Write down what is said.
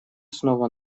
снова